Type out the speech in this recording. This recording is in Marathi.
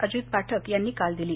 अजित पाठक यांनी काल दिली